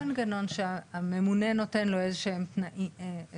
לא מנגנון שהממונה נותן לו איזה שהם אישור.